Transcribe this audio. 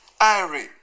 Irie